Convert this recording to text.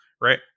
Right